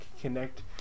connect